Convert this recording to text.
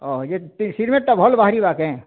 ଏ cement ଭଲ୍ ବାହାରିବା କେଁ